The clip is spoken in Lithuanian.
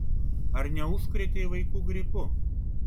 ar neužkrėtei vaikų gripu